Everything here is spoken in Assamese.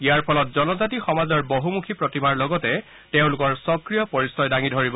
ইয়াৰ ফলত জনজাতি সমাজৰ বহুমুখী প্ৰতিভাৰ লগতে তেওঁলোকৰ স্বকীয় পৰিচয় দাঙি ধৰিব